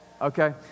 Okay